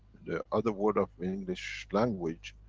the other word of english language,